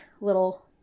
little